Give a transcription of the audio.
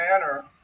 manner